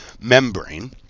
membrane